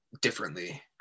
differently